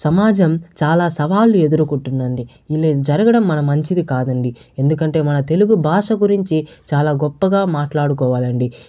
సమాజం చాలా సవాళ్ళు ఎదుర్కుంటుందండీ ఇలా జరగడం మన మంచిది కాదండి ఎందుకంటే మన తెలుగు భాష గురించి చాలా గొప్పగా మాట్లాడుకోవాలండి